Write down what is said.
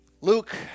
luke